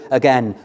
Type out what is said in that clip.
again